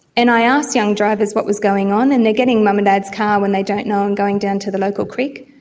and i asked young drivers what was going on, and they are getting mum and dad's car when they don't know and going down to the local creek.